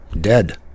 dead